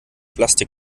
plastik